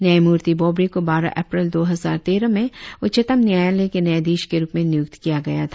न्यायमूर्ति बोबड़े को बारह अप्रैल दो हजार तेरह में उच्चतम न्यायालय के न्यायधीश के रुप में नियुक्त किया गया था